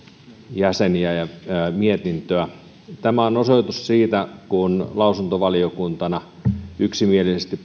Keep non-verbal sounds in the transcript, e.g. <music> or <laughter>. jäseniä ja mietintöä tämä on osoitus siitä että kun lausuntovaliokuntana yksimielisesti <unintelligible>